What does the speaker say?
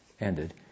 ended